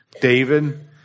David